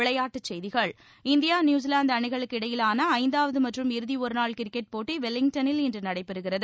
விளையாட்டுச்செய்திகள் India New Zealand அணிகளுக்கு இடையிலான ஐந்தாவது மற்றும் இறுதி ஒருநாள் கிரிக்கெட் போட்டி வெலிங்டனில் இன்று நடைபெறுகிறது